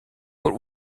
what